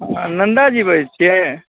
अहाँ नन्दा जी बजै छिए